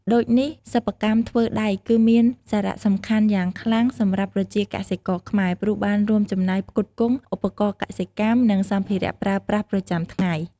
ដូចនេះ សិប្បកម្មធ្វើដែកគឺមានសារៈសំខាន់យ៉ាងខ្លាំងសម្រាប់ប្រជាកសិករខ្មែរ ព្រោះបាន រួមចំណែក ផ្គត់ផ្គង់ ឧបករណ៍កសិកម្ម និង សម្ភារៈប្រើប្រាស់ប្រចាំថ្ងៃ។